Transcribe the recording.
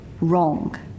wrong